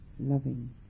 Loving